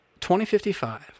2055